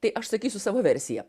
tai aš sakysiu savo versiją